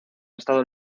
estado